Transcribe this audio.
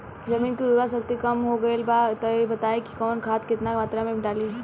जमीन के उर्वारा शक्ति कम हो गेल बा तऽ बताईं कि कवन खाद केतना मत्रा में डालि?